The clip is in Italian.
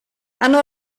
hanno